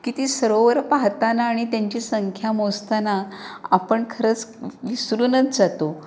की ती सरोवरं पाहताना आणि त्यांची संख्या मोजताना आपण खरंच विसरूनच जातो